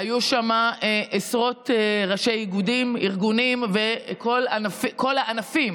היו שם עשרות ראשי איגודים, ארגונים וכל הענפים